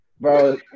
Bro